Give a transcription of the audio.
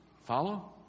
Follow